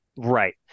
Right